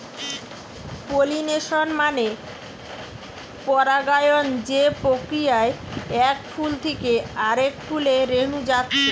pollination মানে পরাগায়ন যে প্রক্রিয়ায় এক ফুল থিকে আরেক ফুলে রেনু যাচ্ছে